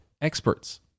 experts